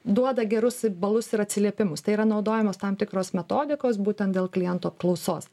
duoda gerus balus ir atsiliepimus tai yra naudojamos tam tikros metodikos būtent dėl klientų apklausos